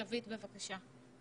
שביט, בבקשה.